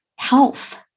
health